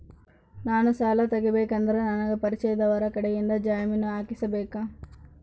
ನಾನು ಸಾಲ ತಗೋಬೇಕಾದರೆ ನನಗ ಪರಿಚಯದವರ ಕಡೆಯಿಂದ ಜಾಮೇನು ಹಾಕಿಸಬೇಕಾ?